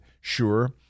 Sure